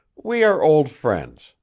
we are old friends,